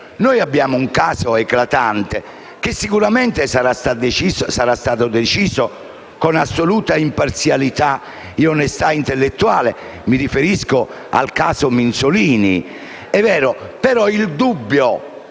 Noi abbiamo un caso eclatante che sicuramente sarà stato deciso con assoluta imparzialità ed onestà intellettuale (mi riferisco al caso Minzolini), però il dubbio